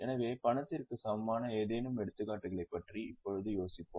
எனவே பணத்திற்கு சமமான ஏதேனும் எடுத்துக்காட்டுகளைப் பற்றி இப்போது யோசிப்போம்